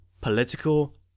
political